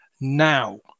now